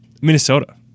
Minnesota